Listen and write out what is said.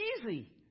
easy